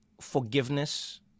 forgiveness